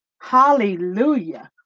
Hallelujah